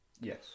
Yes